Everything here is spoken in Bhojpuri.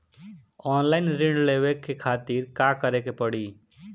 ऑनलाइन ऋण लेवे के खातिर का करे के पड़ी?